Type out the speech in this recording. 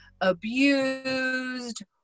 abused